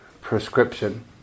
prescription